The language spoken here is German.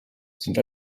sind